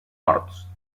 horts